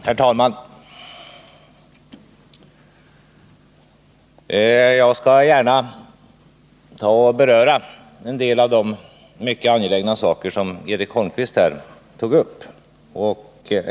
Herr talman! Jag skall gärna beröra en del av de mycket angelägna saker som Eric Holmqvist här tog upp.